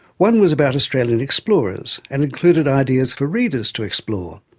one was about australian explorers and included ideas for readers to explore,